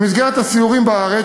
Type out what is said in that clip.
במסגרת הסיורים בארץ.